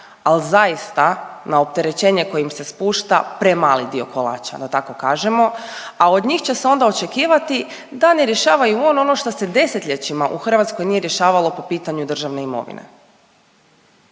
ali zaista na opterećenje koje im se spušta premali dio kolača da tako kažemo, a od njih će se onda očekivati da ne rješavaju oni ono šta se desetljećima u Hrvatskoj nije rješavalo po pitanju državne imovine.